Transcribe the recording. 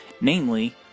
namely